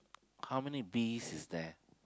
how many bees is there